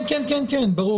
כן, כן, ברור.